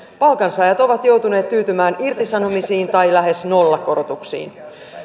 palkansaajat ovat joutuneet tyytymään irtisanomisiin tai lähes nollakorotuksiin